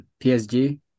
PSG